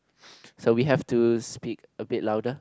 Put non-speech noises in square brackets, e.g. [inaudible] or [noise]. [noise] so we have to speak a bit louder